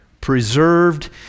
preserved